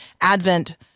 Advent